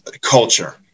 culture